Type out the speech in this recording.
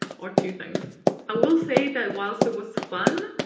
or two things i will say that whilst it was fun,